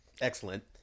Excellent